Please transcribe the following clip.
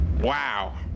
Wow